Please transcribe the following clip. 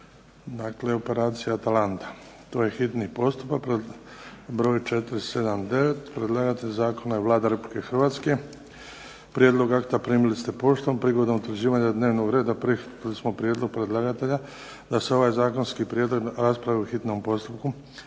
(Operacija Atalanta), hitni postupak, prvo i drugo čitanje, P.Z. br. 479 Predlagatelj zakona je Vlada Republike Hrvatske, Prijedlog akta primili ste poštom. Prigodom utvrđivanja dnevnog reda prihvatili smo prijedlog predlagatelja da se ovaj Zakonski prijedlog raspravi u hitnom postupku.